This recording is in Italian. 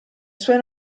sue